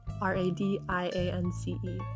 r-a-d-i-a-n-c-e